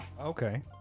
okay